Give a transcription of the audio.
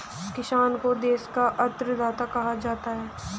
किसान को देश का अन्नदाता कहा जाता है